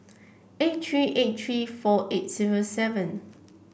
eight three eight three four eight zero seven